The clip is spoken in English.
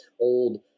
old